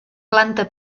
planta